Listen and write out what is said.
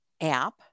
app